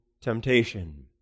temptation